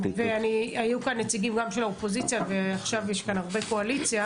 והיו כאן נציגים של האופוזיציה ועכשיו יש כאן הרבה קואליציה,